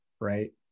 right